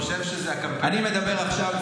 אני מבקש תוספת זמן כי אתם מפריעים לי.